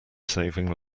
saving